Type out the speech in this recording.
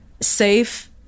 safe